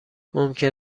ممکن